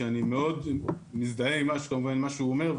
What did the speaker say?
שאני מאוד מזדהה עם מה שהוא אומר.